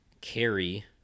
carry